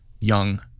young